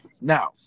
Now